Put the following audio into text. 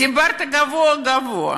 דיברת גבוהה-גבוהה.